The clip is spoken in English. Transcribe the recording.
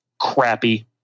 crappy